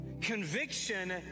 conviction